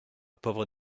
pauvre